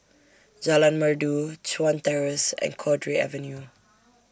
Jalan Merdu Chuan Terrace and Cowdray Avenue